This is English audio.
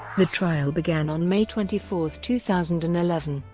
the trial began on may twenty four, two thousand and eleven,